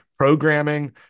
programming